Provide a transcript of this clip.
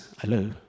hello